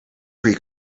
free